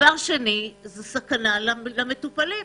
בנוסף מדובר בסכנה למטופלים.